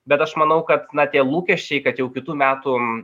bet aš manau kad na tie lūkesčiai kad jau kitų metų